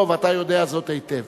ואתה יודע זאת היטב.